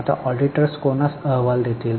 आता ऑडिटर्स कोणास अहवाल देतील